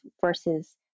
versus